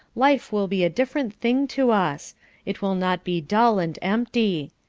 life will be a different thing to us it will not be dull and empty.